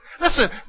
Listen